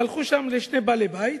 הלכו שם לשני בעלי בתים.